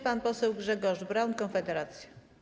Pan poseł Grzegorz Braun, Konfederacja.